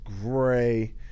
Gray